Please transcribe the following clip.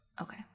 Okay